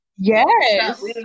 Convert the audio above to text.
yes